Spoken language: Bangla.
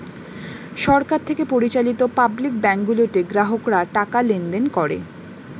সরকার থেকে পরিচালিত পাবলিক ব্যাংক গুলোতে গ্রাহকরা টাকা লেনদেন করে